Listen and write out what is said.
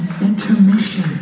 intermission